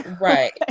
Right